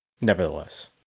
nevertheless